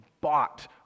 bought